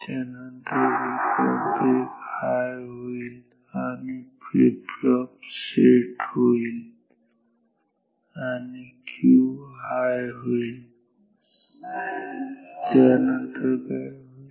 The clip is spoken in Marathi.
त्यानंतर Vcomp1 हाय होईल आणि फ्लिपफ्लॉप सेट होईल आणि Q हाय होईल आणि त्यानंतर काय होईल